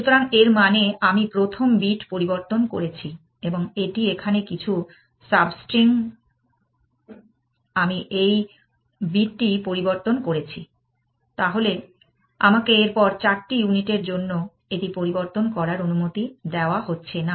সুতরাং এর মানে আমি প্রথম বিট পরিবর্তন করেছি এবং এটি এখানে কিছু সাবস্ট্রিং আমি এই বিটটি পরিবর্তন করেছি তাহলে আমাকে এরপর চারটি ইউনিটের জন্য এটি পরিবর্তন করার অনুমতি দেওয়া হচ্ছে না